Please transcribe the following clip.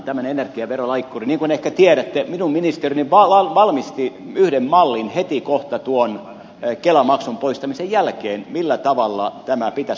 niin kuin ehkä tiedätte minun ministeriöni valmisti yhden mallin heti kohta tuon kelamaksun poistamisen jälkeen millä tavalla tämä pitäisi kompensoida